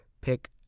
Pick